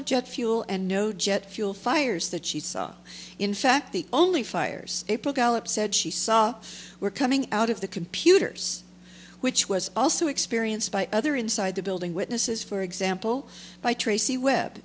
of jet fuel and no jet fuel fires that she saw in fact the only fires april gallup said she saw were coming out of the computers which was also experienced by other inside the building witnesses for example by tracy web